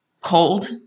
cold